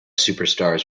superstars